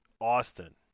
Austin